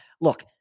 look